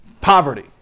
poverty